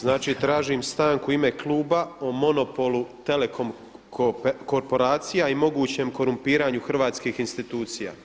Znači tražim stanku u ime kluba o monopolu telekom korporacija i mogućem korumpiranju hrvatskih institucija.